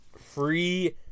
Free